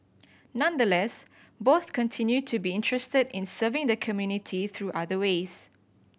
nonetheless both continue to be interested in serving the community through other ways